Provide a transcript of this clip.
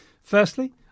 Firstly